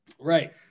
Right